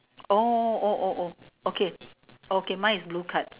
oh oh oh oh okay okay mine is blue card